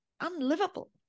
unlivable